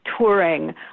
touring